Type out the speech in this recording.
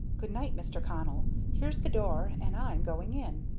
good-night, mr. connell. here's the door, and i'm going in.